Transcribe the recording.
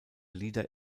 lieder